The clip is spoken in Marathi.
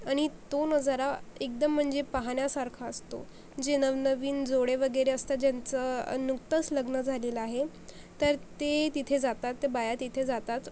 आणि तो नजारा एकदम म्हणजे पाहण्यासारखा असतो जे नव नवीन जोडे वगैरे असतात ज्यांचं नुकतंच लग्न झालेलं आहे तर ते तिथे जातात ते बाया तिथे जातात